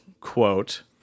quote